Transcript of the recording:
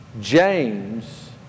James